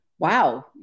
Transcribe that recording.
Wow